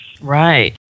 Right